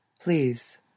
please